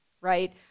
right